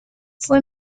fue